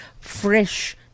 fresh